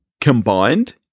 combined